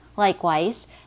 Likewise